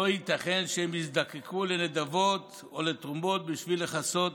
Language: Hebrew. לא ייתכן שהם יזדקקו לנדבות או לתרומות בשביל לכסות